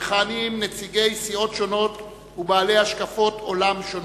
מכהנים נציגי סיעות שונות ובעלי השקפות עולם שונות.